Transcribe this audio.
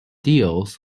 deals